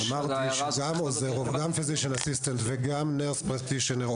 שההערה הזאת --- גם Nurse Practitioners וגם Physician assistant